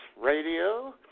Radio